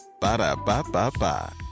Ba-da-ba-ba-ba